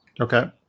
Okay